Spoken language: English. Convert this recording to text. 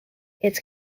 its